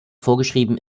vorgeschrieben